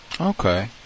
Okay